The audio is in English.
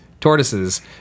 tortoises